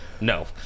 No